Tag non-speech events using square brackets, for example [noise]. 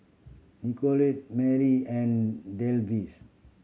Nicolette Manley and [unintelligible]